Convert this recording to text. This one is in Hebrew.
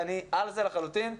אני 'על זה' לחלוטין,